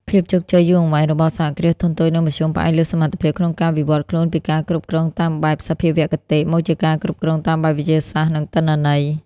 ភាពជោគជ័យយូរអង្វែងរបស់ សហគ្រាសធុនតូច និងមធ្យម ផ្អែកលើសមត្ថភាពក្នុងការវិវត្តន៍ខ្លួនពីការគ្រប់គ្រងតាមបែបសភាវគតិ មកជាការគ្រប់គ្រងតាមបែបវិទ្យាសាស្ត្រ និងទិន្នន័យ។